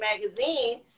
Magazine